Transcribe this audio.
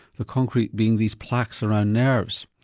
the concrete being these plaques around nerves.